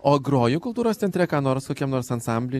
o groji kultūros centre ką nors kokiam nors ansambliui